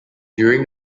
during